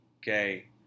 okay